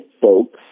folks